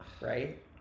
right